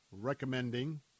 recommending